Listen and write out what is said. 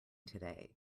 today